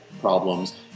problems